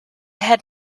had